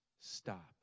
stop